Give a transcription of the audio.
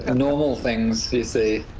ah normal things you see.